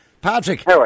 Patrick